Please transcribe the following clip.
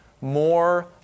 more